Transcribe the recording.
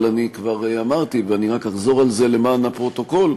אבל אני כבר אמרתי ואני רק אחזור על זה למען הפרוטוקול,